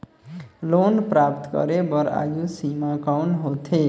Loan प्राप्त करे बर आयु सीमा कौन होथे?